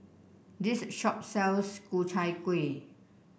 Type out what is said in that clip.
this shop sells Ku Chai Kueh